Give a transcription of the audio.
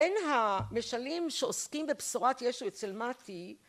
אין המשלים שעוסקים בבשורת ישו אצל מתי,